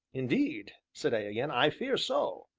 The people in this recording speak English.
indeed, said i again, i fear so.